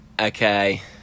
Okay